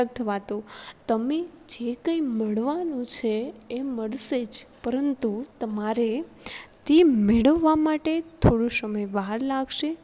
અથવા તો તમે જે કંઈ મળવાનું છે એ મળશે જ પરંતુ તમારે તે મેળવવા માટે થોડો સમય વાર લાગશે